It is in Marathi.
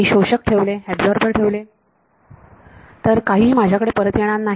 मी शोषक ठेवले तर काहीही माझ्याकडे परत येणार नाही